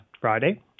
Friday